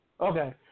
Okay